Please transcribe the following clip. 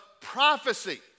prophecy